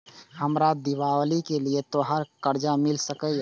हमरा दिवाली के लिये त्योहार कर्जा मिल सकय?